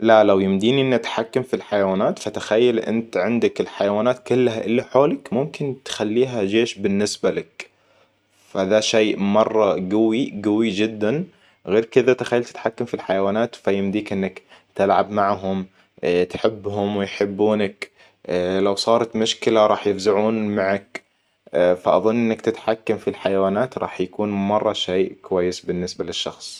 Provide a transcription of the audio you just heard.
لا لو يمديني إني أتحكم في الحيوانات فتخيل إنت عندك الحيوانات كلها اللي حولك ممكن تخليها جيش بالنسبة لك. فده شيء مره قوي قوي جداً. غير كده تخيل تتحكم في الحيوانات فيمديك إنك تلعب معهم تحبهم ويحبونك. لو صارت مشكلة راح يفزعون معك. فأظن إنك تتحكم في الحيوانات راح يكون مرة شيء كويس بالنسبة للشخص